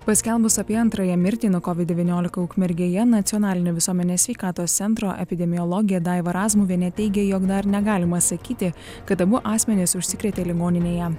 paskelbus apie antrąją mirtį nuo kovid devyniolika ukmergėje nacionalinio visuomenės sveikatos centro epidemiologė daiva razmuvienė teigė jog dar negalima sakyti kad abu asmenys užsikrėtė ligoninėje